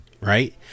right